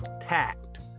tact